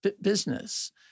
business